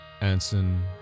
Anson